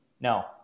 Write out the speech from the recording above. No